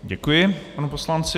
Děkuji panu poslanci.